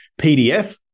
PDF